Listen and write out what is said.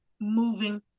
moving